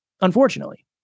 unfortunately